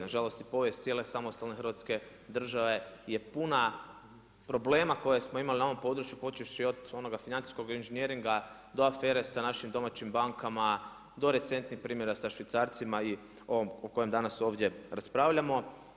Nažalost i povijest cijele samostalne Hrvatske države je puna problema koje smo imali na ovom području počevši od onoga financijskoga inženjeringa do afere sa našim domaćim bankama, do recentnih primjera sa švicarcima i ovom o kojem danas ovdje raspravljamo.